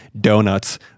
donuts